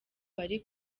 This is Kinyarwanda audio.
bari